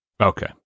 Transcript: Okay